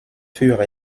furent